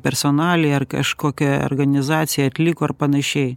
personalija ar kažkokia organizacija atliko ir panašiai